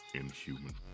inhuman